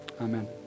Amen